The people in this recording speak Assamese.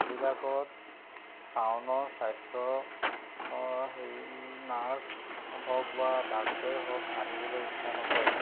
বিলাকত টাউনৰ স্বাস্থ্য খ হেৰি নাৰ্চ হওক বা ডাক্টৰে হওক আহিবলৈ ইচ্ছা নকৰে